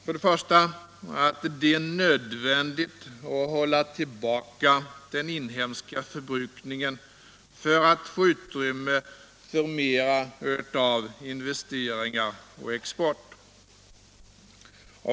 För det första är det nödvändigt att hålla tillbaka den inhemska förbrukningen för att få utrymme för mera av investeringar och export.